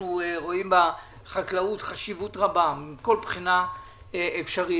אנחנו רואים בחקלאות חשיבות רבה מכל בחינה אפשרית,